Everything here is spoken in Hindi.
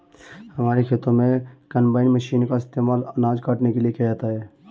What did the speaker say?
हमारे खेतों में कंबाइन मशीन का इस्तेमाल अनाज काटने के लिए किया जाता है